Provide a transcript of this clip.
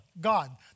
God